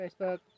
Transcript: Facebook